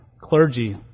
clergy